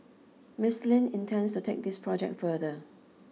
Miss Lin intends to take this project further